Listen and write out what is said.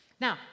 Now